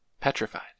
petrified